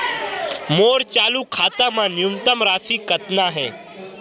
मोर चालू खाता मा न्यूनतम राशि कतना हे?